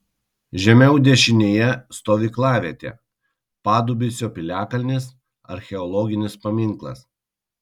žemiau dešinėje stovyklavietė padubysio piliakalnis archeologinis paminklas